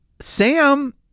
Sam